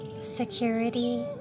security